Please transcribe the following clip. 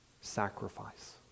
sacrifice